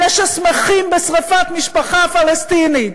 אלה ששמחים בשרפת משפחה פלסטינית,